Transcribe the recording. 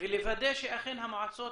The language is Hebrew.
ולוודא שאכן המועצות